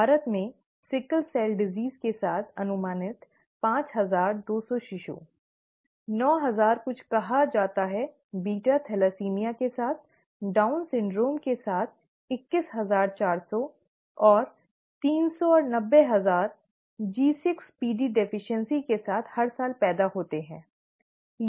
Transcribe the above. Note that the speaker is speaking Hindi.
भारत में सिकल सेल रोग के साथ अनुमानित पांच हजार दो सौ शिशु नौ हजार कुछ कहा जाता है बीटा बीटा थैलेसीमिया के साथ डाउन सिंड्रोम के साथ इक्कीस हजार चार सौ और तीन सौ और नब्बे हजार G6PD डिफिशन्सी के साथ हर साल पैदा होते हैं ठीक है